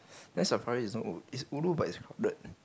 Night Safari is not ulu it's ulu but it's crowded